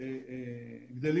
באילו